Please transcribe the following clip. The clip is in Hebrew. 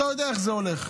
אתה יודע איך זה הולך.